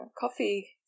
coffee